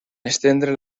estendre